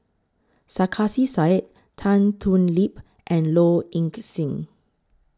Sarkasi Said Tan Thoon Lip and Low Ing Sing